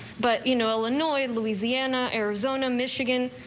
but you know, illinois and louisiana, arizona, michigan.